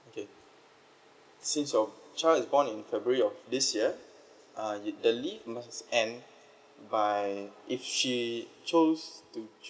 okay since your child is born in february of this year uh th~ the leave must end by if she chose to